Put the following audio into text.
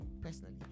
personally